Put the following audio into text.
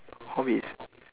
hobbies